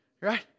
right